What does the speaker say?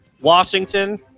Washington